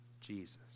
Jesus